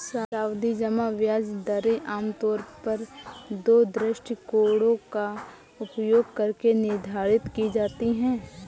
सावधि जमा ब्याज दरें आमतौर पर दो दृष्टिकोणों का उपयोग करके निर्धारित की जाती है